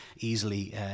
easily